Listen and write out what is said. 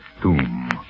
tomb